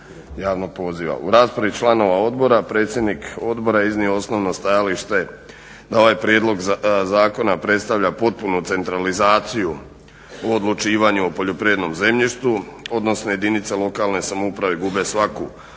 U raspravi članova odbora predsjednik odbora je iznio osnovno stajalište da ovaj prijedlog zakona predstavlja potpunu centralizaciju u odlučivanju o poljoprivrednom zemljištu odnosno jedinice lokalne samouprave gube svaku pravo